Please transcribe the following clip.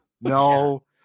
No